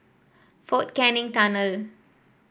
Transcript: Fort Canning Tunnel